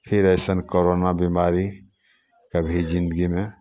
फिर अइसन करोना बिमारी कभी जिंदगीमे